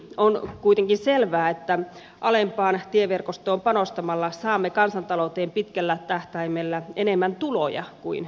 on kuitenkin selvää että alempaan tieverkostoon panostamalla saamme kansantalouteen pitkällä tähtäimellä enemmän tuloja kuin menoja